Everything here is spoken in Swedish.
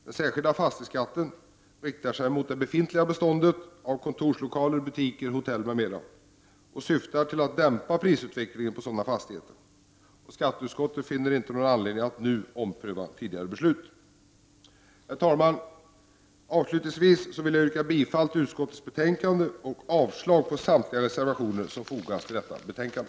Den särskilda fastighetsskatten riktar sig mot det befintliga beståndet av kontorslokaler, butiker, hotell m.m. och syftar till att dämpa prisutvecklingen på sådana fastigheter. Skatteutskottet finner inte anledning att nu ompröva tidigare beslut. Herr talman! Jag yrkar avslutningsvis bifall till utskottets hemställan och avslag på samtliga reservationer som fogats till detta betänkande.